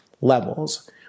levels